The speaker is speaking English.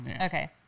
Okay